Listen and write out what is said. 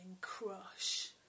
crush